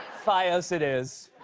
fios it is.